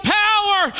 power